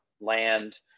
land